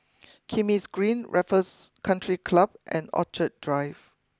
Kismis Green Raffles country Club and Drive